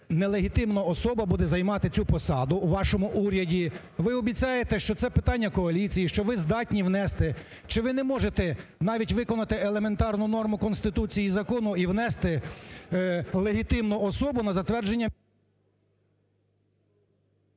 нелегітимна особа буде займати посаду у вашому уряді? Ви обіцяєте, що це питання коаліції, що це питання коаліції, що ви здатні внести. Чи ви не можете навіть виконати елементарну норму Конституції і закону і внести легітимну особу на затвердження…